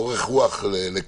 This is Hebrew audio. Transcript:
יש לי אורך רוח לקשב.